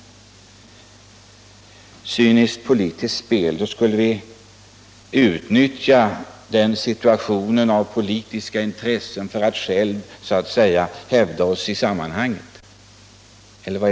Ni anser att det är ett cyniskt politiskt spel att vi utnyttjar situationen av politiska intressen för att själva så att säga hävda oss i sammanhanget.